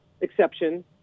exception